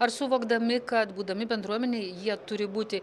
ar suvokdami kad būdami bendruomenėj jie turi būti